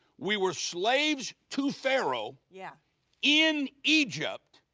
we were slaves to pharaoh, yeah in egypt.